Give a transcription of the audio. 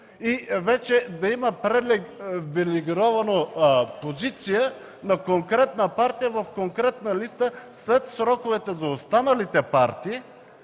и вече да има привилегирована позиция на конкретна партия в конкретна листа след сроковете за останалите партии